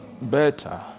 better